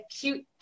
cute